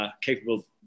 capable